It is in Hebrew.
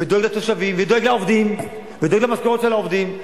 ודואג לתושבים ודואג לעובדים ודואג למשכורות של העובדים.